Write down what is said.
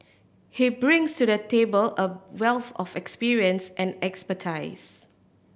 he brings to the table a wealth of experience and expertise